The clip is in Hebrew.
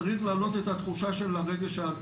צריך להעלות את התחושה של הרגש,